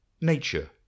Nature